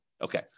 Okay